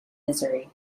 misery